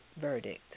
verdict